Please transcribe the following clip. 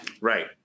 Right